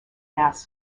mass